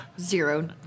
Zero